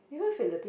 even Philippine